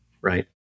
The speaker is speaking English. right